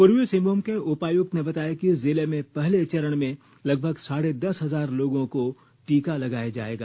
पूर्वी सिंहभूम के उपायुक्त ने बताया कि जिले में पहले चरण में लगभग साढ़े दस हजार लोगों को टीका लगाया जाएगा